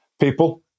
people